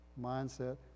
mindset